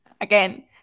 Again